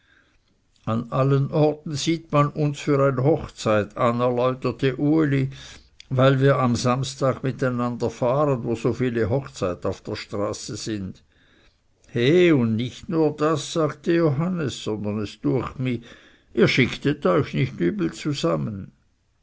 an allen orten sieht man uns für ein hochzeit an erläuterte uli weil wir am samstag mit einander fahren wo so viele hochzeit auf der straße sind he und nicht nur das sagte johannes sondern es düecht mich ihr schicktet euch nicht übel zusammen